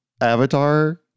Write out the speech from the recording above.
avatar